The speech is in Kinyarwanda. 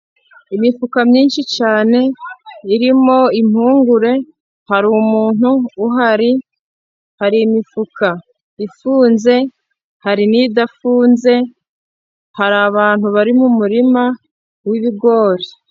Imifuka myinshi cyane irimo impungure, hari umuntu uhari, hari imifuka ifunze hari n'idafunze, hari abantu bari mu murima w'ibigori.